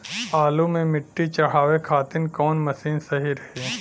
आलू मे मिट्टी चढ़ावे खातिन कवन मशीन सही रही?